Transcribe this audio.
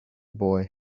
boy